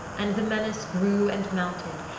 and the menace grew and mounted,